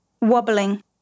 wobbling